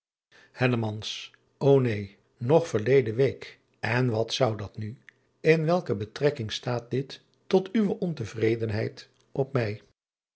uisman o een nog verleden week en wat zou dat nu in welke betrekking staat dit tot uwe ontevredenheid op mij